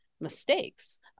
mistakes